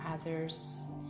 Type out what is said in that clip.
others